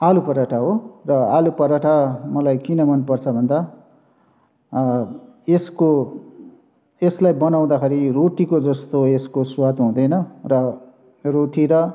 आलु पराठा हो र आलु पराठा मलाई किन मन पर्छ भन्दा यसको यसलाई बनाउँदाखेरि रोटीको जस्तो यस्को स्वाद हुँदैन र रोटी र